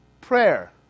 prayer